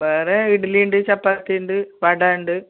വേറെ ഇഡ്ഡലിയുണ്ട് ചപ്പാത്തിയുണ്ട് വട ഉണ്ട്